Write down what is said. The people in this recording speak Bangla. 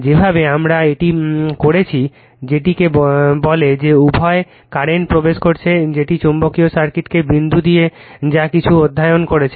যেভাবে আমরা এটি করেছি যেটিকে বলে যে উভয় কারেন্ট প্রবেশ করছে যেটি চৌম্বকীয় সার্কিটকে বিন্দু দিয়ে যা কিছু অধ্যয়ন করেছে